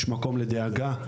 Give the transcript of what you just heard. יש מקום לדאגה.